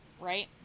right